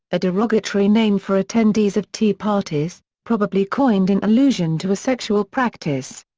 a derogatory name for attendees of tea parties, probably coined in allusion to a sexual practice.